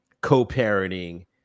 co-parenting